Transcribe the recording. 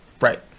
Right